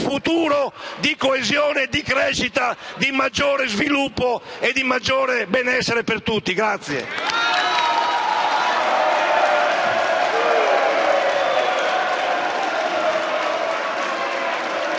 di coesione, di crescita, di maggiore sviluppo e di maggiore benessere per tutti. *(Vivi